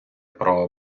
про